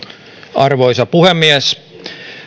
arvoisa puhemies